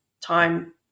time